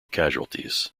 casualties